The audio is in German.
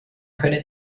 könne